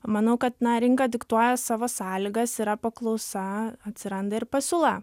manau kad na rinka diktuoja savo sąlygas yra paklausa atsiranda ir pasiūla